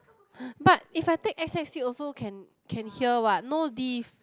but if I take S_S_U also can can hear what no diff